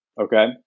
okay